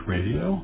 Radio